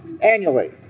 Annually